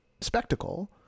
spectacle